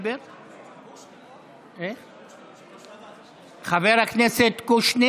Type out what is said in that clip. התשפ"ב 2022. חבר הכנסת קושניר,